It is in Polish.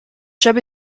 żeby